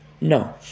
No